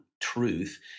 truth